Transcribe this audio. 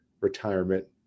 retirement